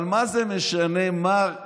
אבל מה זה משנה, מר סער?